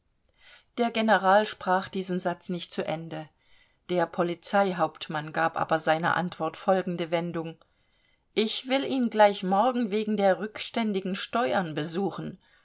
der general sprach diesen satz nicht zu ende der polizeihauptmann gab aber seiner antwort folgende wendung ich will ihn gleich morgen wegen der rückständigen steuern besuchen